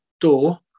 door